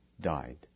died